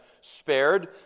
spared